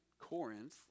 Corinth